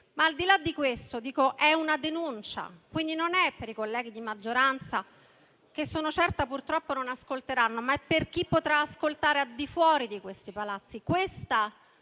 Al di là di questo, la mia è una denuncia - e quindi non è per i colleghi di maggioranza, che sono certa, purtroppo, non ascolteranno - per chi potrà ascoltare al di fuori di questi palazzi.